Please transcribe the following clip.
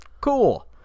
cool